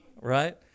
Right